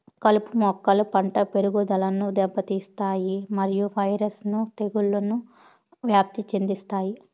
కలుపు మొక్కలు పంట పెరుగుదలను దెబ్బతీస్తాయి మరియు వైరస్ ను తెగుళ్లను వ్యాప్తి చెందిస్తాయి